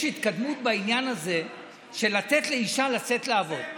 יש התקדמות בעניין הזה של לתת לאישה לצאת לעבוד.